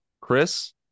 Chris